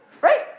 Right